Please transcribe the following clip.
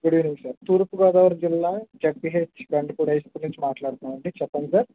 good evening sir Thurpugodavari జిల్లా ZPH Bendapudi high school నుంచి మాట్లాడుతున్నామండీ చెప్పండి సార్